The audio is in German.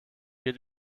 geht